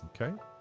Okay